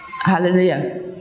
Hallelujah